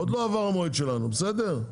עוד לא עבר המועד שלנו, בסדר?